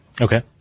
okay